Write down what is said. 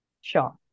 Sure